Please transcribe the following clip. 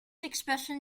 expression